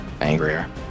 angrier